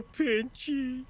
pinchy